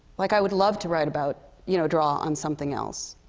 like i would love to write about you know, draw on something else.